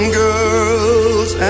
girls